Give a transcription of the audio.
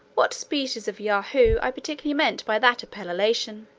what species of yahoo i particularly meant by that appellation.